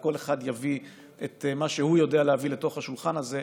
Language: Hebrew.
וכל אחד יביא את מה שהוא יודע להביא לשולחן הזה,